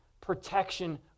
protection